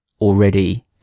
already